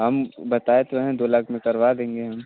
हम बताए तो हैं दो लाख में करवा देंगे हम